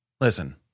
Listen